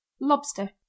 Lobster